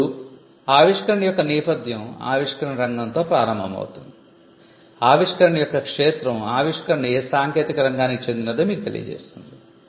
ఇప్పుడు ఆవిష్కరణ యొక్క నేపథ్యం ఆవిష్కరణ రంగంతో ప్రారంభమవుతుంది ఆవిష్కరణ యొక్క క్షేత్రం ఆవిష్కరణ ఏ సాంకేతిక రంగానికి చెందినదో మీకు తెలియజేస్తుంది